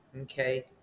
Okay